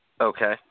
Okay